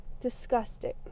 disgusting